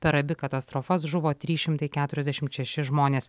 per abi katastrofas žuvo trys šimtai keturiasdešimt šeši žmonės